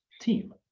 team